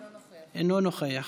אינו נוכח.